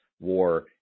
war